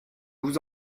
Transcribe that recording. vous